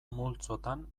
multzotan